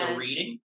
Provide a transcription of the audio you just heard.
reading